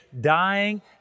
dying